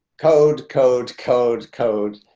code code code code.